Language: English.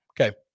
okay